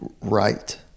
right